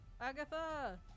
Agatha